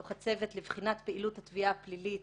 דוח הצוות לבחינת פעילות התביעה הפלילית